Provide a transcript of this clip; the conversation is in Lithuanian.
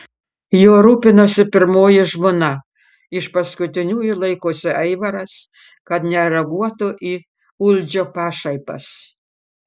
juo rūpinasi pirmoji žmona iš paskutiniųjų laikosi aivaras kad nereaguotų į uldžio pašaipas